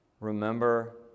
remember